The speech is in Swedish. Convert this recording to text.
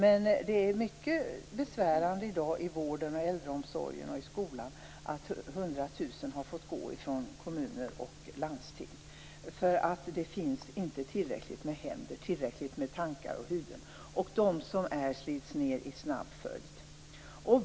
Men det är i dag mycket besvärande i vården, äldreomsorgen och skolan att 100 000 har fått gå från kommuner och landsting. Det finns inte tillräckligt med händer, tankar och huvuden, och de som finns slits ned i snabb följd.